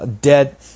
dead